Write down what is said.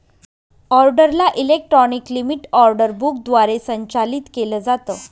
ऑर्डरला electronic limit order book द्वारे संचालित केलं जातं